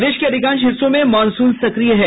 प्रदेश के अधिकांश हिस्सों में मॉनसून सक्रिय है